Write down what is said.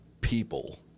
people